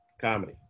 Comedy